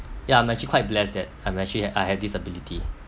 yeah I'm actually quite blessed that I'm actually have I have this ability